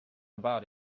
about